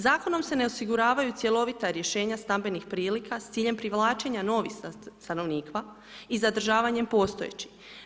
Zakonom se ne osiguravaju cjelovita rješenja stambenih prilika s ciljem privlačenja novih stanovnika i zadržavanjem postojećih.